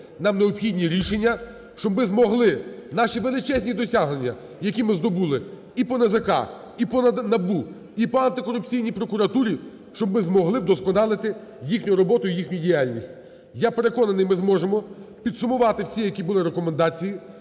Нам необхідні рішення, щоб ми змогли наші величезні досягнення, які ми здобули і по НАЗК, і по НАБУ, і по Антикорупційній прокуратурі, щоб ми змогли вдосконалити їхню роботу і їхню діяльність. Я переконаний, ми зможемо підсумувати всі, які були, рекомендації.